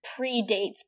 predates